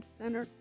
center